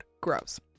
gross